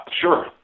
Sure